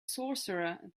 sorcerer